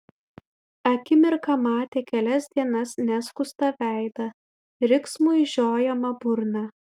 akimirką matė kelias dienas neskustą veidą riksmui žiojamą burną